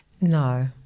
No